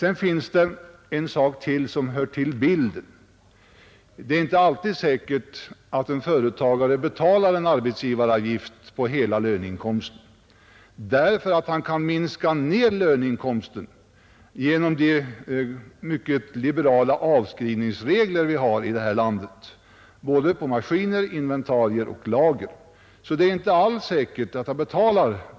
En sak till som hör med i bilden: Det är inte alltid säkert att en företagare betalar arbetsgivaravgift på hela löneinkomsten, eftersom han kan minska ner löneinkomsten genom de mycket liberala avskrivningsregler vi har i det här landet för både maskiner, inventarier och lager. Det går alltså åt båda hållen.